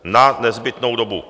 Na nezbytnou dobu.